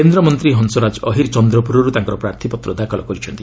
କେନ୍ଦ୍ରମନ୍ତ୍ରୀ ହଂସରାଜ ଅହିର୍ ଚନ୍ଦ୍ରପୁରରୁ ତାଙ୍କର ପ୍ରାର୍ଥପତ୍ର ଦାଖଲ କରିଛନ୍ତି